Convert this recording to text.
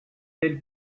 telle